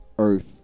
Earth